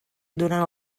durant